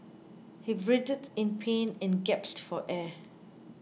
he writhed in pain and gasped for air